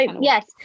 yes